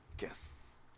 Yes